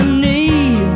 knee